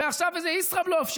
ועכשיו איזה ישראבלוף,